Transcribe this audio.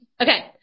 Okay